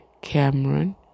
Cameron